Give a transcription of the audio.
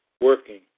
working